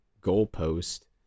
goalpost